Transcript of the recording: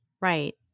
Right